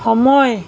সময়